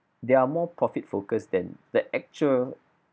they are more profit-focused than the actual